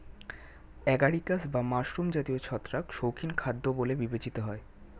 agaricus বা mushroom জাতীয় ছত্রাক শৌখিন খাদ্য বলে বিবেচিত হয়